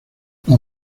los